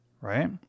right